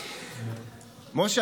משה,